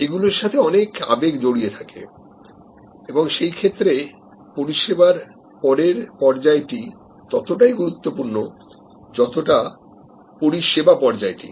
এগুলির সাথে অনেক ধরনের আবেগ জড়িয়ে থাকে এবং সেই ক্ষেত্রে পরিষেবার পরের পর্যায়টি ততটাই গুরুত্বপূর্ণ যতটা পরিষেবা পর্যায়টা